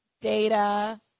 Data